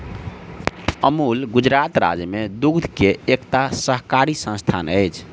अमूल गुजरात राज्य में दूध के एकटा सहकारी संस्थान अछि